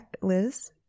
liz